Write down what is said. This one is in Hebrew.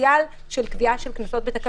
הפוטנציאל של קביעת קנסות בתקנות.